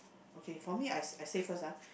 okay for me I I say first ah